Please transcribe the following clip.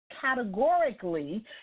categorically